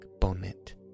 bonnet